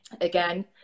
again